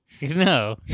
No